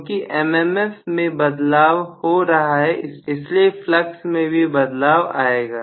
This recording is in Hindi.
क्योंकि mmf में बदल रहा है इसलिए फ्लक्स में भी बदलाव आएगा